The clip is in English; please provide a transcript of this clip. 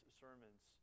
sermons